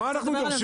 מה אנחנו דורשים?